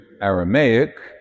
Aramaic